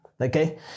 okay